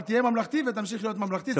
אבל תהיה ממלכתי ותמשיך להיות ממלכתי,